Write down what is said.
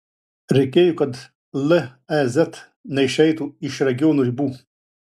reikėjo kad lez neišeitų iš regiono ribų